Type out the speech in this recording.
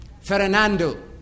Fernando